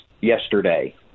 yesterday